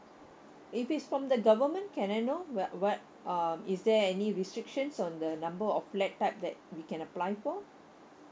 if it's from the government can I know what what um is there any restrictions on the number of flat type that we can apply for